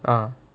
ah